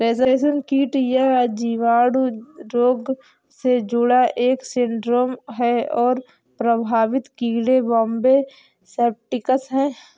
रेशमकीट यह जीवाणु रोग से जुड़ा एक सिंड्रोम है और प्रभावित कीड़े बॉम्बे सेप्टिकस है